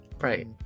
Right